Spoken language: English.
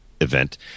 event